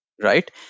right